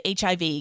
HIV